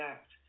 Act